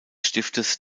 stiftes